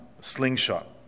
slingshot